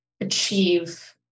achieve